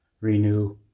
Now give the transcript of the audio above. renew